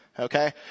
Okay